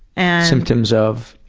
and symptoms of?